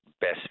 best